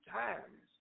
times